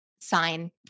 sign